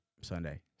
Sunday